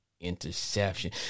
Interception